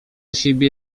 siebie